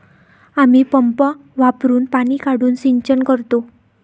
आम्ही पंप वापरुन पाणी काढून सिंचन करतो